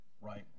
right